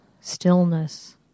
stillness